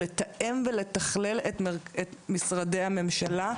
לתאם ולתכלל את משרדי הממשלה,